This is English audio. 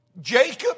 Jacob